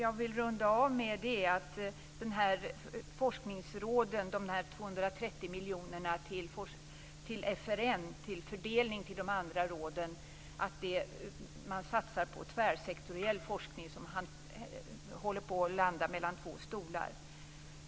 Jag vill runda av med att säga att man, i och med att FRN skall fördela dessa 230 miljoner till andra forskningsråd och satsa på tvärsektoriell forskning, håller på att landa mellan två stolar.